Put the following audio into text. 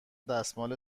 دستمال